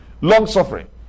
long-suffering